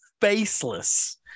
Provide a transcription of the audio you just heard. faceless